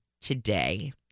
today